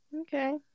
okay